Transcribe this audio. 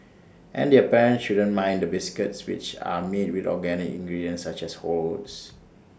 and their parents shouldn't mind the biscuits which are made with organic ingredients such as whole oats